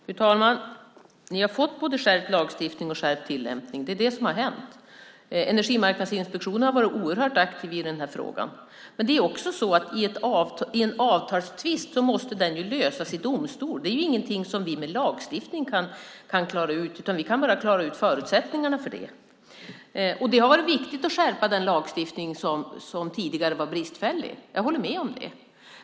Fru talman! Ni har fått både skärpt lagstiftning och skärpt tillämpning. Det är det som har hänt. Energimarknadsinspektionen har varit oerhört aktiv i den här frågan. Men en avtalstvist måste också lösas i domstol. Det är inget vi kan klara ut med lagstiftning, utan vi kan bara klara ut förutsättningarna. Det har varit viktigt att skärpa den lagstiftning som tidigare var bristfällig. Jag håller med om det.